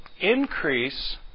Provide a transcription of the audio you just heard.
increase